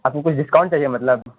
آپ کو کچھ ڈسکاؤنٹ چاہیے مطلب